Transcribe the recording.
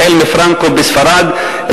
החל מפרנקו בספרד,